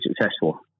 successful